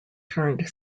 turned